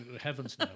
heavens